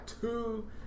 two